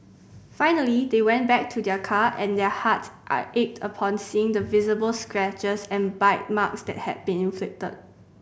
finally they went back to their car and their hearts ached upon seeing the visible scratches and bite marks that had been inflicted